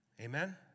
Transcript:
Amen